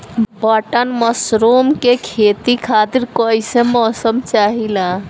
Button mushroom के खेती खातिर कईसे मौसम चाहिला?